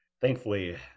thankfully